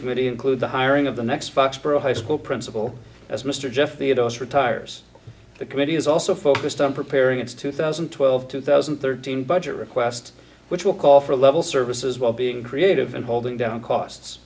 committee include the hiring of the next foxboro high school principal as mr jeffs the atos retires the committee is also focused on preparing its two thousand and twelve two thousand and thirteen budget request which will call for a level services while being creative in holding down costs